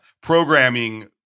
programming